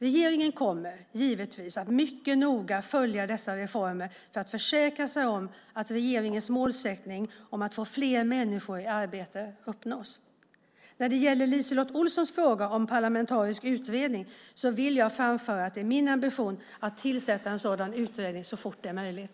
Regeringen kommer givetvis att mycket noga följa dessa reformer för att försäkra sig om att regeringens målsättning om att få fler människor i arbete uppnås. När det gäller LiseLotte Olssons fråga om en parlamentarisk utredning vill jag framföra att det är min ambition att tillsätta en sådan utredning så fort som möjligt.